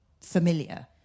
familiar